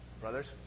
brothers